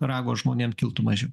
rago žmonėm kiltų mažiau